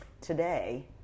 today